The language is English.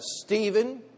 Stephen